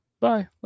Bye